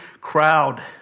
crowd